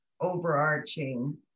overarching